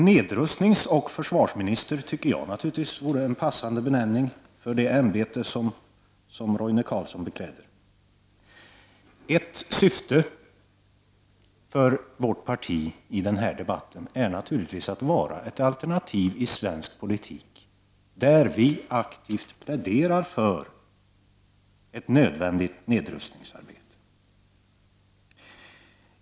Nedrustningsoch försvarsminister tycker jag är en passande benämning för det ämbete som Roine Carlsson bekläder. Ett syfte för vårt parti i den här debatten är naturligtvis att vara ett alternativ i svensk politik. Vi pläderar för ett aktivt nedrustningsarbete.